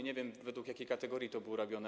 Nie wiem, według jakiej kategorii to było robione.